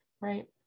Right